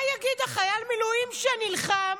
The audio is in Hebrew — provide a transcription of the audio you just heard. מה יגיד חייל המילואים שנלחם,